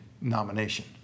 nomination